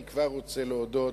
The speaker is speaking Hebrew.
אני כבר רוצה להודות